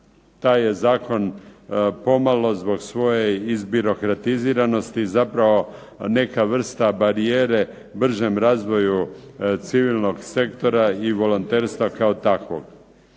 taj je zakon pomalo zbog svoje izbirokratiziranosti zapravo neka vrsta barijere bržem razvoju civilnog sektora i volonterstva kao takvog.